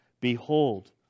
behold